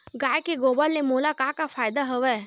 गाय के गोबर ले मोला का का फ़ायदा हवय?